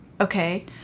Okay